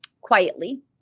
quietly